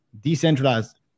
decentralized